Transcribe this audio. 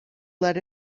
let